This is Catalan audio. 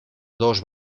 dos